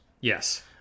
Yes